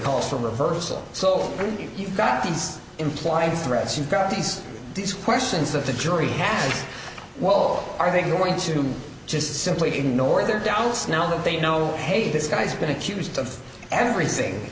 call for reversal so you've got these implied threats you've got these these questions of the jury happened whoa are they going to just simply ignore their doubts now that they know hey this guy's been accused of everything